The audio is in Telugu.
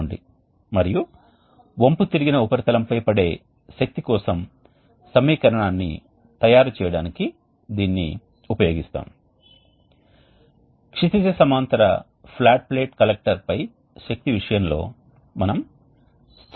ఇది విద్యుత్ ప్లాంట్లోని గది నుండి బయటకు వచ్చే గాలి మరియు గాలిని సరఫరా చేయడానికి ఉపయోగించవచ్చు దీనిని ఎయిర్ ప్రీహీటర్గా ఉపయోగించవచ్చు సాధారణంగా ఈ రోటరీ రీజెనరేటర్లు గ్యాస్ అప్లికేషన్కు అనుకూలంగా ఉంటాయి మరియు నిరంతరం ఈ చక్రం తిరుగుతూ ఉంటుంది మరియు అదే సమయంలో నిరంతరంగా ఈ 2 వాయువుల ప్రవాహం జరుగుతుంది